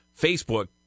Facebook